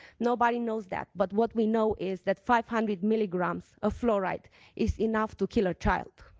nobody knows that. but what we know is that five hundred milligrams of fluoride is enough to kill a child.